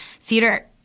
theater